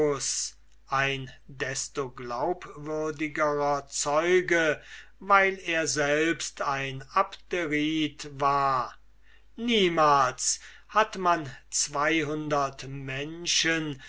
ein desto glaubwürdigerer zeuge weil er selbst ein abderite war niemals hat man zweihundert menschen